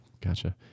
gotcha